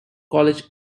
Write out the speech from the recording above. college